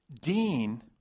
Dean